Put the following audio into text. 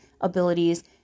abilities